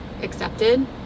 accepted